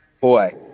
Boy